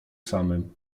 samym